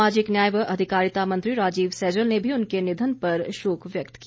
सामाजिक न्याय व अधिकारिता तथा सहकारिता मंत्री राजीव सैजल ने भी उनके निधन पर शोक व्यक्त किया